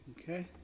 Okay